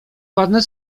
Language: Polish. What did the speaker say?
ładne